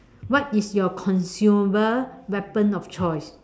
what is your consumable weapon of choice